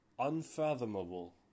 Unfathomable